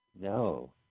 No